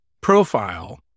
profile